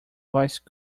voice